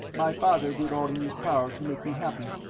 my father did all in his power to make me happy,